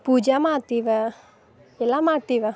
ಪೂಜ ಮಾಡ್ತೀವಿ ಎಲ್ಲ ಮಾಡ್ತೀವಿ